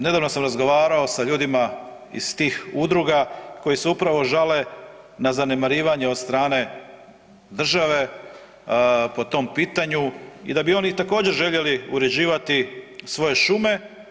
Nedavno sam razgovarao sa ljudima iz tih udruga koji se upravo žale na zanemarivanje od strane države po tom pitanju i da bi oni također željeli uređivati svoje šume.